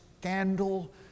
Scandal